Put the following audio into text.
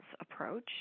approach